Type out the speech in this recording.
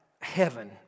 heaven